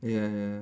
ya ya